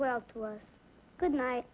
well good night